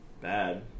Bad